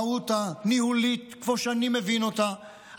המהות הניהולית כמו שאני מבין אותה,